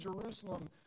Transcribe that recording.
Jerusalem